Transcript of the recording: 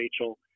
rachel